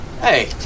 hey